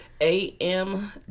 A-M